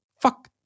Fuck